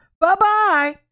bye-bye